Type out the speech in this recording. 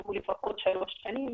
שהוא לפחות שלוש שנים,